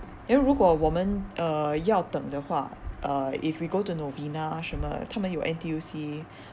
then 如果我们 uh 要等的话 uh if we go to novena 什么它们有 N_T_U_C